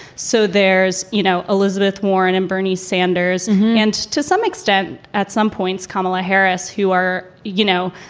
so there's, you know, elizabeth warren and bernie sanders and to some extent, at some points, kamala harris, who are, you know,